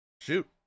Shoot